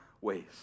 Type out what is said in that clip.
ways